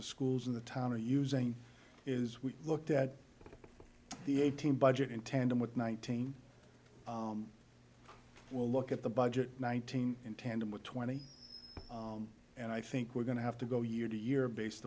the schools in the town are using is we looked at the eighteen budget in tandem with nineteen we'll look at the budget nineteen in tandem with twenty and i think we're going to have to go year to year based